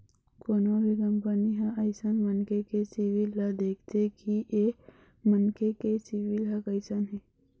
कोनो भी कंपनी ह अइसन मनखे के सिविल ल देखथे कि ऐ मनखे के सिविल ह कइसन हे